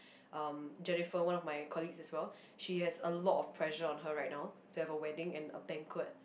um Jennifer one of my colleagues as well she has a lot of pressure on her right now to have a wedding and a banquet